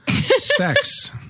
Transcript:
sex